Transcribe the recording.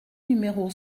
numéro